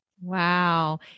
Wow